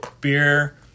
beer